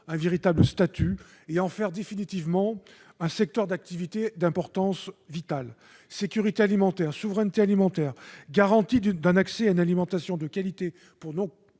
un véritable statut et d'en faire définitivement un secteur d'activité d'importance vitale. Sécurité alimentaire, souveraineté alimentaire, garantie d'un accès à une alimentation de qualité pour nos